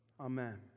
Amen